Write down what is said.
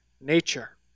nature